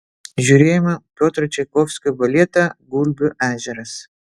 žiūrėjome piotro čaikovskio baletą gulbių ežeras